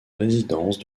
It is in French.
résidence